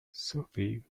sufi